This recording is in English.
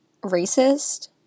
racist